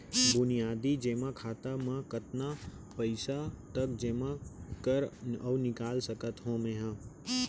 बुनियादी जेमा खाता म कतना पइसा तक जेमा कर अऊ निकाल सकत हो मैं?